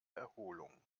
erholung